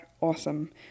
awesome